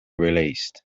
released